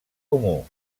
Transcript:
comú